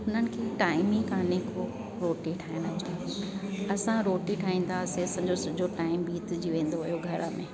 उन्हनि खे टाइम ई कोन्हे को रोटी ठाहिण जो असां रोटी ठाहींदासीं सॼो सॼो टाइम बितजी वेंदो हुयो घर में